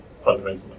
fundamentally